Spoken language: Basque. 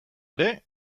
ere